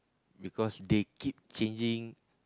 because they keep changing